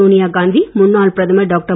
சோனியா காந்தி முன்னாள் பிரதமர் டாக்டர்